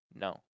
no